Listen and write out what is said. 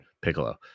piccolo